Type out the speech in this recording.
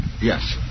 Yes